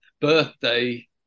birthday